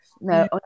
no